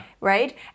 right